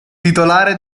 titolare